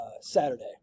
Saturday